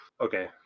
okay